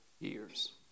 years